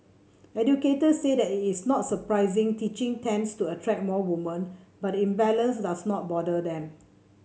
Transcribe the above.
educators said that it is not surprising teaching tends to attract more women but the imbalance does not bother them